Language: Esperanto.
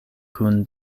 kun